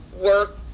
work